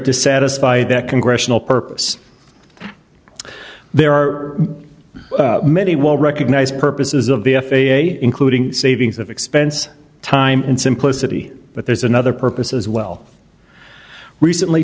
to satisfy that congressional purpose there are many well recognized purposes of the f a a including savings of expense time and simplicity but there's another purpose as well recently